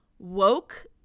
woke